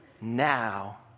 now